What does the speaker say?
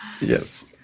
Yes